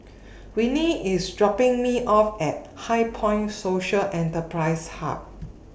Winnie IS dropping Me off At HighPoint Social Enterprise Hub